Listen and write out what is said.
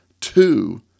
two